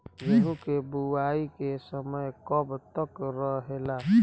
गेहूँ के बुवाई के समय कब तक रहेला?